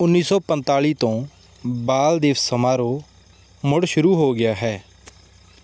ਉੱਨੀ ਸੌ ਪੰਤਾਲੀ ਤੋਂ ਬਾਲ ਦਿਵਸ ਸਮਾਰੋਹ ਮੁੜ ਸ਼ੁਰੂ ਹੋ ਗਿਆ ਹੈ